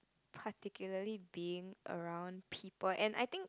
particularly being around people and I think